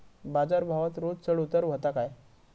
बाजार भावात रोज चढउतार व्हता काय?